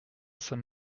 saint